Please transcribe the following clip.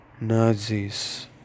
Nazis